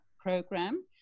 program